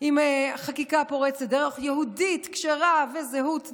עם חקיקה פורצת דרך יהודית, כשרה, זהות נהדרת,